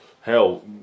hell